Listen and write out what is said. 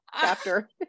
chapter